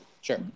Sure